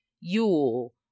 Yule